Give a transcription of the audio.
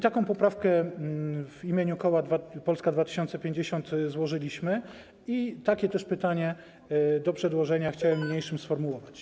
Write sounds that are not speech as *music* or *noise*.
Taką poprawkę w imieniu koła Polska 2050 złożyliśmy i takie też pytanie dotyczące przedłożenia *noise* chciałem niniejszym sformułować.